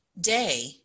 day